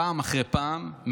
פעם אחרי פעם,